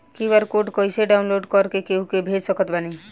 QR code कइसे download कर के केहु के भेज सकत बानी?